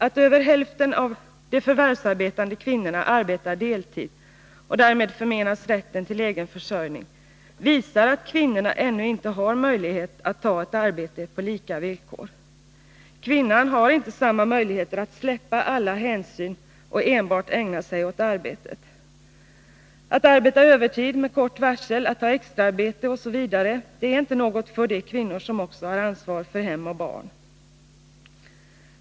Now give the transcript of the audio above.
Att över hälften av de förvärvsarbetande kvinnorna arbetar deltid, och därmed förmenas rätten till egen försörjning, visar att kvinnan ännu inte har möjlighet att ta ett arbete på lika villkor. Kvinnan har inte samma möjligheter att släppa alla hänsyn och enbart ägna sig åt arbetet. Att arbeta övertid med kort varsel, att ta extra arbete osv., är inte något för de kvinnor som också har ansvar för hem och barn.